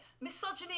misogyny